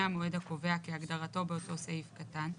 המועד הקובע כהגדרתו באותו סעיף קטן,